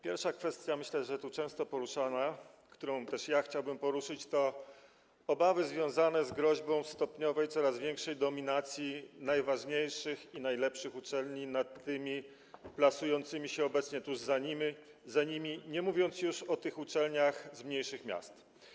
Pierwsza kwestia, myślę, że często tu poruszana, a którą też chciałbym poruszyć, to obawy związane z groźbą stopniowej i coraz większej dominacji najważniejszych i najlepszych uczelni nad tymi plasującymi się obecnie tuż za nimi, nie mówiąc już o uczelniach z mniejszych miast.